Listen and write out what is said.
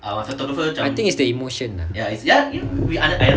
I think is the emotion ah